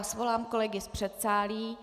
Svolám kolegy z předsálí.